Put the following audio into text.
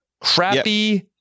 crappy